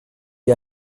ihr